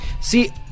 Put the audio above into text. See